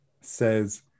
says